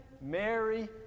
Mary